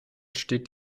steht